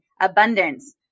abundance